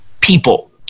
people